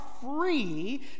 free